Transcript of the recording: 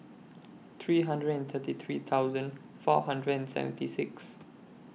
three hundred and thirty three thousand four hundred and seventy six